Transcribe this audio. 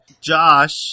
Josh